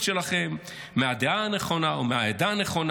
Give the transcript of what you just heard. --- שלכם מהדעה הנכונה או מהעדה הנכונה.